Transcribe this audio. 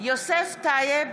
יוסף טייב,